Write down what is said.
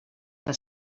que